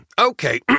Okay